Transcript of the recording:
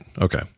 Okay